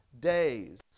days